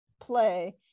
play